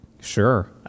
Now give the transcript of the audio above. Sure